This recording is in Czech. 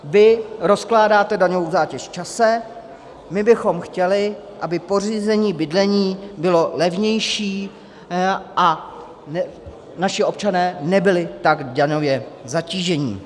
Vy rozkládáte daňovou zátěž v čase, my bychom chtěli, aby pořízení bydlení bylo levnější a naši občané nebyli tak daňově zatíženi.